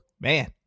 man